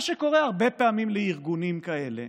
מה שקורה הרבה פעמים לארגונים כאלה,